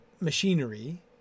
machinery